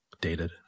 dated